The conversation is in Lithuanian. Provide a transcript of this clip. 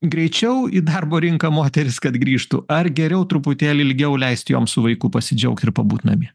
greičiau į darbo rinką moterys kad grįžtų ar geriau truputėlį ilgiau leisti jom su vaiku pasidžiaugt ir pabūt namie